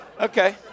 Okay